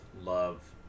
love